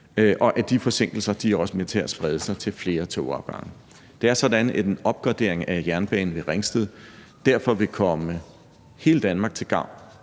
og de forsinkelser er også med til at sprede sig til flere togafgange. Det er sådan, at en opgradering af jernbanen ved Ringsted derfor vil komme hele Danmark til gavn,